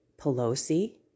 Pelosi